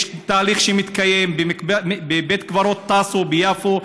יש תהליך שמתקיים: בבית קברות טאסו ביפו,